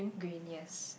green yes